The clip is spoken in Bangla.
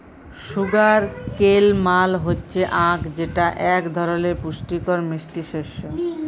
সুগার কেল মাল হচ্যে আখ যেটা এক ধরলের পুষ্টিকর মিষ্টি শস্য